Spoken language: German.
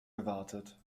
gewartet